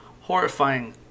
horrifying